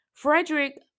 Frederick